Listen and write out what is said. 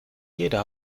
jeder